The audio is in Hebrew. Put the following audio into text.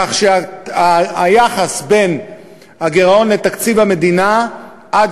כך שהיחס בין הגירעון לתקציב המדינה עד